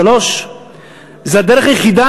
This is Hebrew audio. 3. זאת הדרך היחידה,